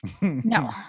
No